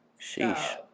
Sheesh